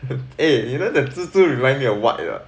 eh you know the 蜘蛛 remind me of what you know